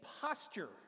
posture